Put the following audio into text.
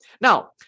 Now